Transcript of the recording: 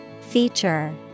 Feature